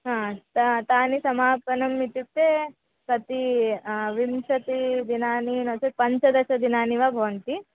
हा ता तानि समापनम् इत्युक्ते कति विंशतिदिनानि नो चेत् पञ्चदशदिनानि वा भवन्ति